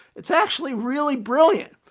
it's actually really brilliant.